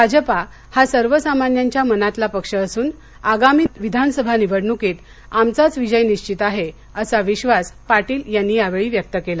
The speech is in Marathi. भाजपा हा सर्वसामन्यांच्या मनातला पक्ष असून आगामी विधानसभा निवडणुकीत आमचाच विजय निश्वित आहे असा विश्वास पाटील यांनी यावेळी व्यक्त केला